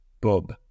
Bob